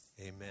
amen